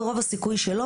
ורוב הסיכויים שלא,